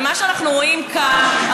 ומה שאנחנו רואים כאן,